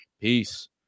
peace